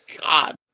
god